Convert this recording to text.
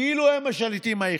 כאילו הם השליטים היחידים,